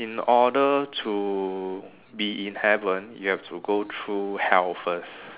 in order to be in heaven you have to go through hell first